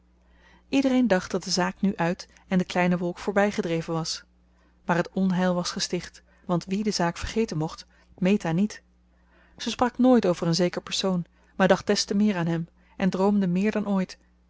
iedereen dacht dat de zaak nu uit en de kleine wolk voorbijgedreven was maar het onheil was gesticht want wie de zaak vergeten mocht meta niet ze sprak nooit over een zeker persoon maar dacht des te meer aan hem en droomde meer dan ooit